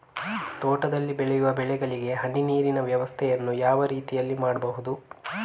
ತೋಟದಲ್ಲಿ ಬೆಳೆಯುವ ಬೆಳೆಗಳಿಗೆ ಹನಿ ನೀರಿನ ವ್ಯವಸ್ಥೆಯನ್ನು ಯಾವ ರೀತಿಯಲ್ಲಿ ಮಾಡ್ಬಹುದು?